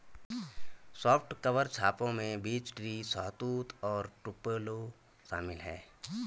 soft cover छापों में beech tree, शहतूत और टुपेलो शामिल है